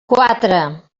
quatre